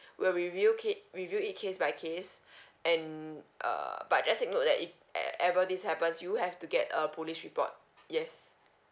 we'll review review it case by case and err but just take note that if e~ ever this happens you have to get a police report yes